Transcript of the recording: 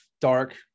dark